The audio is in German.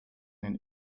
den